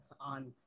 On